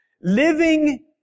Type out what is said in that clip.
Living